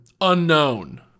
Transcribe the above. Unknown